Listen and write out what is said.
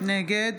נגד